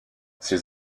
ses